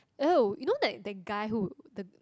oh you know that that guy who the